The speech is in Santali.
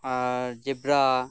ᱟᱨ ᱡᱮᱵᱽᱨᱟ